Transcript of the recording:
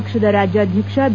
ಪಕ್ಷದ ರಾಜ್ಯಾಧ್ವಕ್ಷ ಬಿ